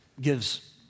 gives